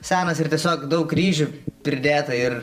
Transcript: senas ir tiesiog daug ryžių pridėta ir